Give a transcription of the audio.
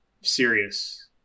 serious